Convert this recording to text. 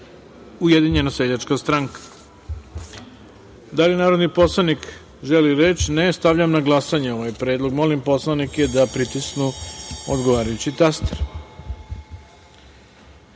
Ujedinjena seljačka stranka“.Da li narodni poslanik želi reč? (Ne.)Stavljam na glasanje ovaj predlog. Molim poslanike da pritisnu odgovarajući